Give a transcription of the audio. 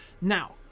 Now